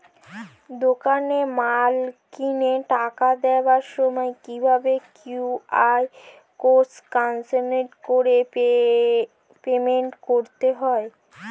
দোকানে মাল কিনে টাকা দেওয়ার সময় কিভাবে কিউ.আর কোড স্ক্যান করে পেমেন্ট করতে হয়?